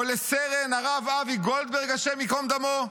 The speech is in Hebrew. או לסרן הרב אבי גולדברג, השם ייקום דמו,